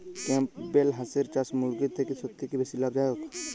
Campbell হাঁসের চাষ মুরগির থেকে সত্যিই কি বেশি লাভ দায়ক?